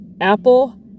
Apple